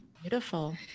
Beautiful